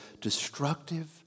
destructive